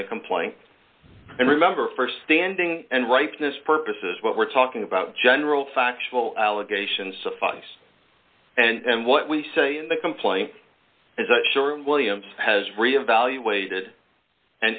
the complaint and remember for standing and ripeness purposes what we're talking about general factual allegations suffice and what we say in the complaint is that short and williams has re evaluated and